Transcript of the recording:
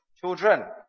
children